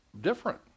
different